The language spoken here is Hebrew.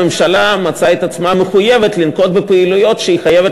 הממשלה מצאה את עצמה מחויבת לנקוט פעילויות שהיא חייבת